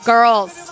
Girls